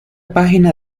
página